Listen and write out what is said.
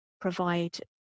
provide